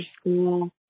school